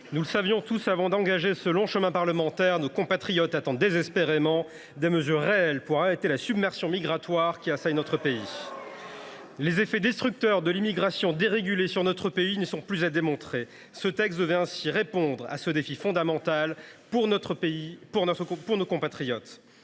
Nous le savions tous avant d’engager ce long chemin parlementaire : nos compatriotes attendent désespérément des mesures réelles pour arrêter la submersion migratoire qui assaille notre pays. Les effets destructeurs de l’immigration dérégulée sur celui ci ne sont plus à démontrer. Ce texte devait ainsi répondre à ce défi fondamental pour notre